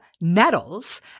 Nettles